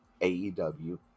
AEW